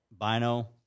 Bino